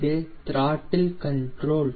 இது throttle control